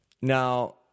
Now